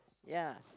ya